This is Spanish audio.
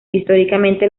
históricamente